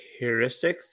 heuristics